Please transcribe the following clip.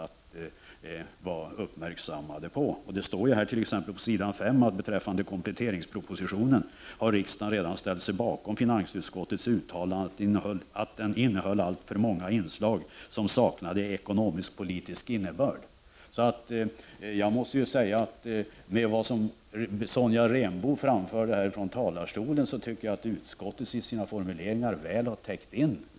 T.ex. på s. 5 i betänkandet heter det: ”Beträffande kompletteringspropositionen har riksdagen redan ställt sig bakom finansutskottets uttalande att den innehöll alltför många inslag som saknade ekonomiskt-politisk innebörd.” Jag måste därför säga att jag tycker att utskottet väl har täckt de synpunkter som Sonja Rembo nyss anförde i talarstolen.